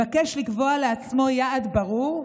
כמבקש לקבוע לעצמו יעד ברור,